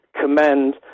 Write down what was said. commend